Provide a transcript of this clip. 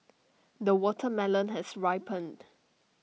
the watermelon has ripened